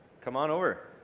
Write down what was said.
come on over.